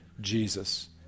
Jesus